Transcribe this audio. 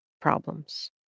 problems